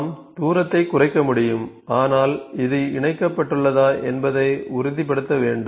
நாம் தூரத்தை குறைக்க முடியும் ஆனால் இது இணைக்கப்பட்டுள்ளதா என்பதை உறுதிப்படுத்த வேண்டும்